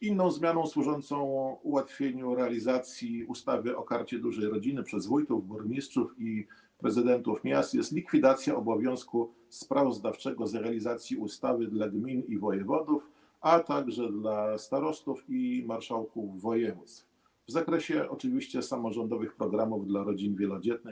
Inną zmianą służącą ułatwieniu realizacji ustawy o Karcie Dużej Rodziny przez wójtów, burmistrzów i prezydentów miast jest likwidacja obowiązku sprawozdawczego z realizacji ustawy dla gmin i wojewodów, a także dla starostów i marszałków województw w zakresie samorządowych programów dla rodzin wielodzietnych.